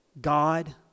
God